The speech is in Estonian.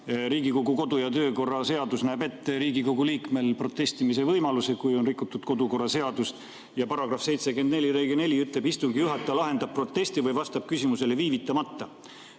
Riigikogu kodu‑ ja töökorra seadus näeb ette Riigikogu liikmele protestimise võimaluse, kui on rikutud kodukorraseadust. Ja § 74 lõige 4 ütleb: istungi juhataja lahendab protesti või vastab küsimusele viivitamata.